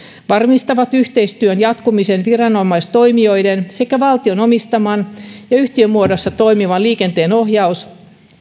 varmistavat yhteistyön jatkumisen viranomaistoimijoiden sekä valtion omistaman ja yhtiömuodossa toimivan liikenteenohjaus